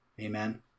Amen